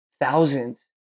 thousands